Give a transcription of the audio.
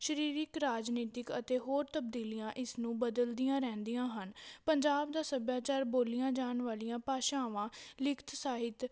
ਸਰੀਰਿਕ ਰਾਜਨੀਤਿਕ ਅਤੇ ਹੋਰ ਤਬਦੀਲੀਆਂ ਇਸ ਨੂੰ ਬਦਲਦੀਆਂ ਰਹਿੰਦੀਆਂ ਹਨ ਪੰਜਾਬ ਦਾ ਸੱਭਿਆਚਾਰ ਬੋਲੀਆਂ ਜਾਣ ਵਾਲੀਆਂ ਭਾਸ਼ਾਵਾਂ ਲਿਖਤ ਸਾਹਿਤ